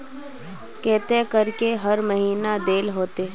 केते करके हर महीना देल होते?